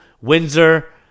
Windsor